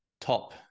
top